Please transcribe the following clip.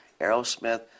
Aerosmith